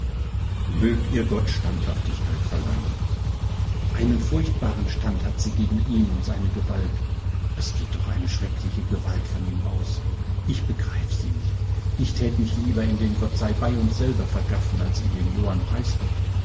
mög ihr gott standhaftigkeit verleihen einen furchtbaren stand hat sie gegen ihn und seine gewalt es geht doch eine schreckliche gewalt von ihm aus ich begreif sie nicht ich tät mich lieber in den gottseibeiuns selber vergaffen als in den johann